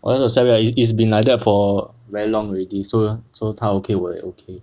我 just accept that it's been like that for very long already so 她 okay 我也 okay